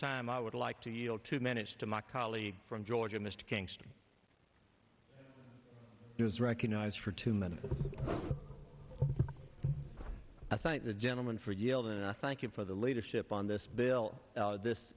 time i would like to yield to manage to my colleague from georgia mr kingston is recognized for two minutes i thank the gentleman for yielding and i thank you for the leadership on this bill this